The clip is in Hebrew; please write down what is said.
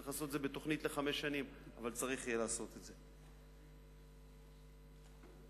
צריך לעשות את זה בתוכנית לחמש שנים,